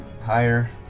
higher